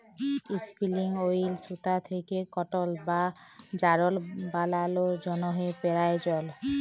ইসপিলিং wheel সুতা থ্যাকে কটল বা যারল বালালোর জ্যনহে পেরায়জল